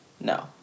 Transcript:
No